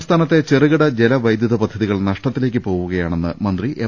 സംസ്ഥാനത്തെ ചെറുകിട ജല വൈദ്യുത പദ്ധതികൾ നഷ്ട ത്തിലേക്ക് പോവുകയാണെന്ന് മന്ത്രി എം